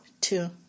two